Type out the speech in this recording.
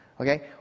okay